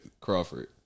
Crawford